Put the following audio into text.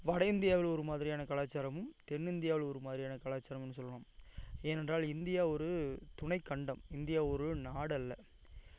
வட இந்தியாவில் ஒரு மாதிரியான கலாச்சாரமும் தென் இந்தியாவில் ஒரு மாதிரியான கலாச்சாரமும் சொல்லுவோம் ஏனென்றால் இந்தியா ஒரு துணை கண்டம் இந்தியா ஒரு நாடல்ல